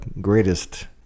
greatest